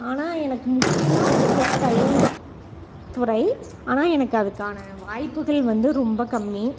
ஆனால் எனக்கு முக்கியமாக பிடிச்சது தையல் துறை ஆனால் எனக்கு அதுக்கான வாய்ப்புகள் வந்து ரொம்ப கம்மி